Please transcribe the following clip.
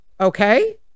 okay